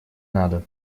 надо